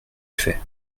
effets